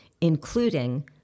including